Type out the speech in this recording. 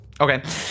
Okay